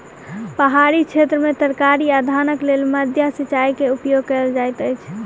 पहाड़ी क्षेत्र में तरकारी आ धानक लेल माद्दा सिचाई के उपयोग कयल जाइत अछि